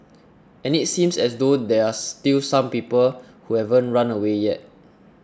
and it seems as though there are still some people who haven't run away yet